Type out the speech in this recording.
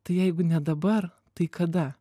tai jeigu ne dabar tai kada